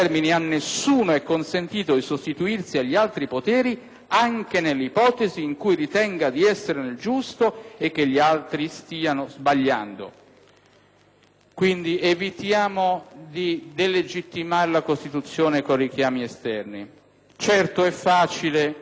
anche nell'ipotesi in cui ritenga di essere nel giusto e che gli altri stiano sbagliando». Evitiamo quindi di delegittimare la Costituzione con richiami esterni. Certo, è facile eccitare gli animi, è facile intervenire